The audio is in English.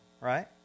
right